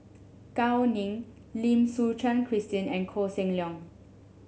Gao Ning Lim Suchen Christine and Koh Seng Leong